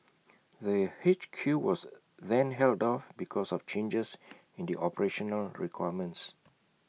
the H Q was then held off because of changes in the operational requirements